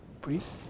Please